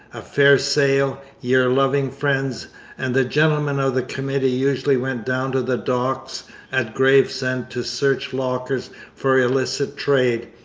a faire saile, y'r loving friends' and the gentlemen of the committee usually went down to the docks at gravesend to search lockers for illicit trade,